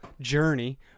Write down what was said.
journey